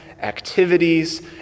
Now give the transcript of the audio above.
activities